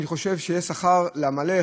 אני חושב שיש שכר לעמלך,